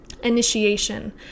Initiation